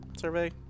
survey